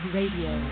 Radio